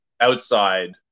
outside